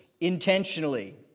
intentionally